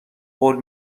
قول